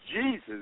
Jesus